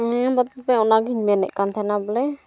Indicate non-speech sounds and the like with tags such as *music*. ᱦᱮᱸ *unintelligible* ᱚᱱᱟ ᱜᱤᱧ ᱢᱮᱱᱮᱫ ᱠᱟᱱ ᱛᱟᱦᱮᱱᱟ ᱵᱚᱞᱮ